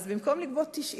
כך שבמקום לגבות 90